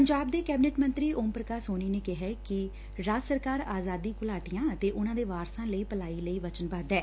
ਪੰਜਾਬ ਦੇ ਕੈਬਨਿਟ ਮੰਤਰੀ ਓਮ ਪ੍ਰਕਾਸ਼ ਸੋਨੀ ਨੇ ਕਿਹਾ ਕਿ ਰਾਜ ਸਰਕਾਰ ਆਜ਼ਾਦੀ ਘੁਲਾਟੀਆਂ ਅਤੇ ਉਨਾਂ ਦੇ ਵਾਰਸ਼ਾਂ ਦੀ ਭਲਾਈ ਲਈ ਵਚਨਬੱਧ ਏ